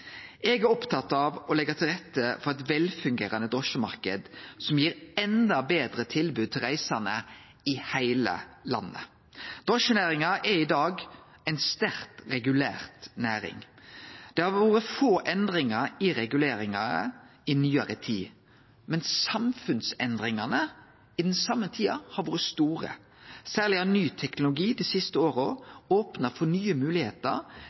Eg er opptatt av å leggje til rette for ein velfungerande drosjemarknad som gir enda betre tilbod til reisande i heile landet. Drosjenæringa er i dag ei sterkt regulert næring. Det har vore få endringar i reguleringa i nyare tid, men samfunnsendringane i den same perioden har vore store. Særleg har ny teknologi dei siste åra opna for nye